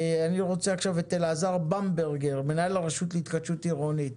אלעזר במברגר, מנהל הרשות להתחדשות עירונית,